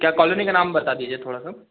क्या कालोनी का नाम बता दीजिए थोड़ा सा